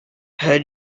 her